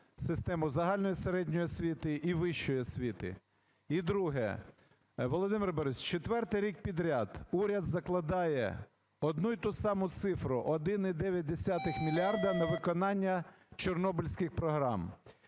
систему загальної середньої освіти і вищої освіти. І друге. Володимире Борисовичу! Четвертий рік підряд уряд закладає одну й ту саму цифру - 1,9 мільярда - на виконання чорнобильських програм.